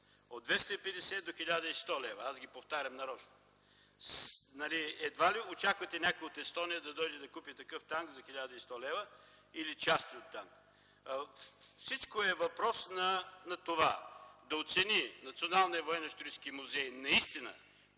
от 250 до 1100 лв. Аз ги повтарям нарочно. Едва ли очаквате някой от Естония да дойде да купи такъв танк за 1100 лв. или част от танк. Всичко е въпрос на това Националния военноисторически музей да оцени